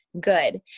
good